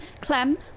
Clem